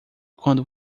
quando